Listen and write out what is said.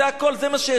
זה הכול, זה מה שיש.